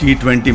T20